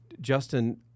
Justin